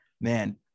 man